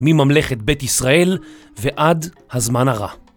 מממלכת בית ישראל ועד הזמן הרע.